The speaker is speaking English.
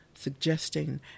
suggesting